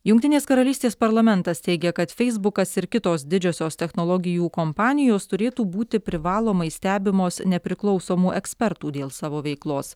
jungtinės karalystės parlamentas teigia kad feisbukas ir kitos didžiosios technologijų kompanijos turėtų būti privalomai stebimos nepriklausomų ekspertų dėl savo veiklos